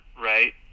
right